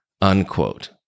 Unquote